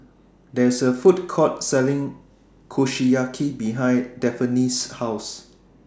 There IS A Food Court Selling Kushiyaki behind Daphne's House